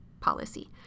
policy